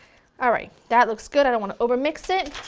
alright that looks good, i don't want to over mix it.